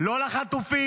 לא לחטופים.